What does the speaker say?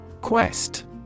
Quest